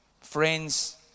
friends